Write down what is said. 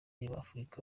abanyafurika